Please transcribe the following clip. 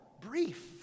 Brief